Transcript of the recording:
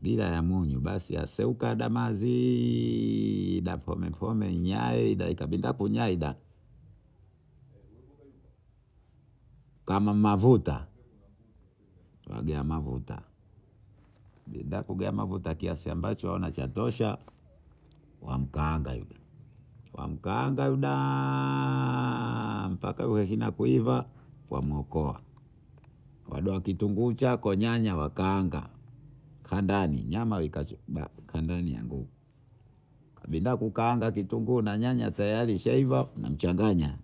bila ya munyu basi asehuka adamazi dapomepome unyayo daibindakumyayo kama mavuta wagea mavuta bidagea mavuta kiasi ambacho ona cha tosha wamkaanga huda wamkaanga mbaka wehinakuiva wamokoa wadoakitunguu chako nyanya wakaanga kandani nyama weka kandani yangu kabinda kukaanga kitunguu na nyanya teyari isha iva changanya.